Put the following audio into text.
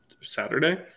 saturday